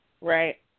Right